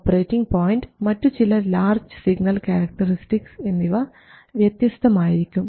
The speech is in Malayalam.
ഓപ്പറേറ്റിംഗ് പോയിൻറ് മറ്റു ചില ലാർജ് സിഗ്നൽ ക്യാരക്ടറിസ്റ്റിക്സ് എന്നിവ വ്യത്യസ്തമായിരിക്കും